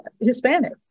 Hispanic